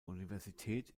universität